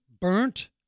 burnt